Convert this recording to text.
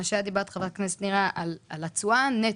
חברת הכנסת נירה, את דיברת על התשואה נטו.